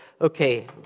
okay